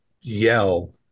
yell